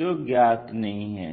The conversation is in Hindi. जो ज्ञात नहीं है